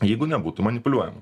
jeigu nebūtų manipuliuojama